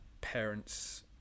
parents